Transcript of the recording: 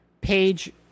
page